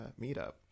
meetup